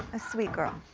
a sweet girl.